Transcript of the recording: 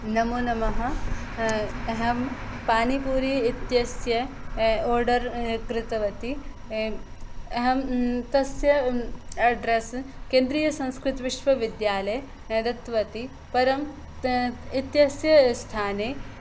नमो नमः अहं पानिपुरी इत्यस्य आर्डर् कृतवती अहं तस्य अड्रेस् केन्द्रियसंस्कृतविश्वविद्यालये दत्तवती परं त् इत्यस्य स्थाने